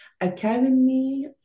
Academy